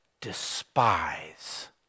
despise